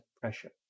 pressure